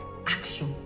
action